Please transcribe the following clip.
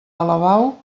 alabau